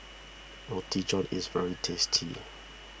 Roti John is very tasty